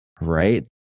right